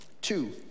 two